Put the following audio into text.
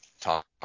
talk